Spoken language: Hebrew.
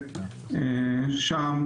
שם.